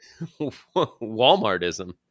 Walmartism